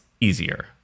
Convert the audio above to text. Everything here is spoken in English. easier